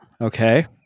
Okay